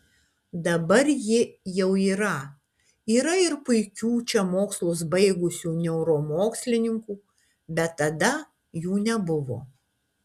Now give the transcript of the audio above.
dabar ji jau yra yra ir puikių čia mokslus baigusių neuromokslininkų bet tada jų nebuvo